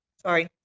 Sorry